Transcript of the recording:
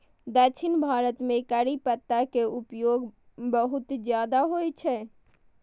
दक्षिण भारत मे करी पत्ता के प्रयोग बहुत ज्यादा होइ छै